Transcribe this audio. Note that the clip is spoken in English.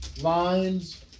lines